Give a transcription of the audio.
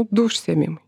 du užsiėmimai